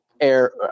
air